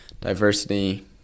diversity